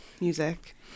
music